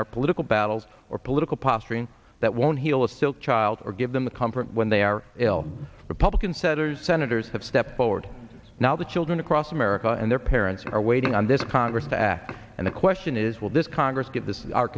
our political battles or political posturing that won't heal a silk child or give them the comfort when they are ill republican senators senators have stepped forward now the children across america and their parents are waiting on this congress to act and the question is will this congress get this our